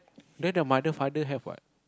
then their mother father have what